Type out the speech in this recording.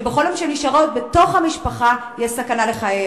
שבכל יום שנשארים בתוך המשפחה יש סכנה לחיים.